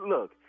Look